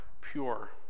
pure